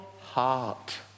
heart